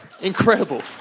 Incredible